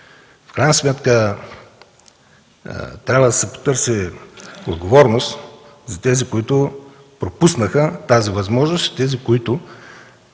В крайна сметка трябва да се потърси отговорност от тези, които пропуснаха тази възможност, и тези, които,